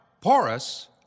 porous